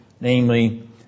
namely